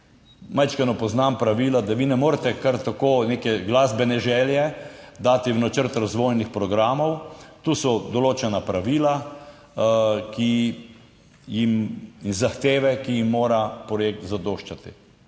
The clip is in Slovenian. Majčkeno poznam pravila, da vi ne morete kar tako neke glasbene želje dati v Načrt razvojnih programov. Tu so določena pravila, ki jim zahteve, ki jim mora projekt zadoščati,